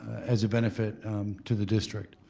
as a benefit to the district.